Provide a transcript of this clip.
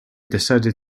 decided